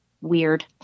weird